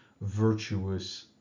virtuous